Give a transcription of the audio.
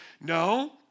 No